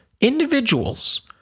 individuals